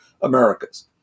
Americas